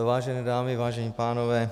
Vážené dámy, vážení pánové.